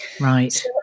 Right